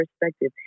perspective